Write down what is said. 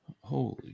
Holy